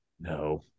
No